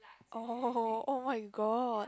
oh oh-my-god